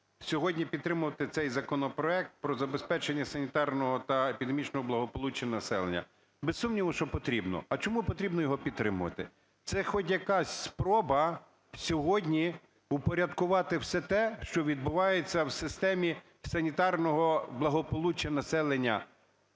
сьогодні підтримувати цей законопроект "Про забезпечення санітарного та епідемічного благополуччя населення"? Без сумніву, що потрібно. А чому потрібно його підтримувати? Це хоч якась спроба сьогодні упорядкувати все те, що відбувається в системі санітарного благополуччя населення.